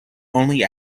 only